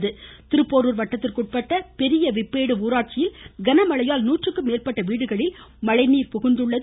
திருப்போரூர் மழை திருப்போரூர் வட்டத்திற்குட்பட்ட பெரிய ரிப்பேடு ஊராட்சியில் கன மழையால் நூற்றுக்கும் மேற்பட்ட வீடுகளில் மழை நீர் புகுந்துள்ளது